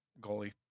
goalie